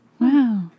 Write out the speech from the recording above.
Wow